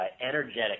energetic